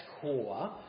core